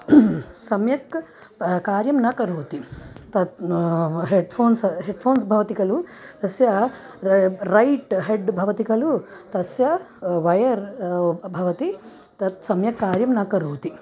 सम्यक् कार्यं न करोति तत् हेड् फोन्स् हेड् फोन्स् भवति खलु तस्य रै रैट् हेड् भवति खलु तस्य वयर् भवति तत् सम्यक् कार्यं न करोति